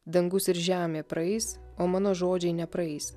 dangus ir žemė praeis o mano žodžiai nepraeis